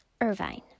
Irvine